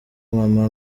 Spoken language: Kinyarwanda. mama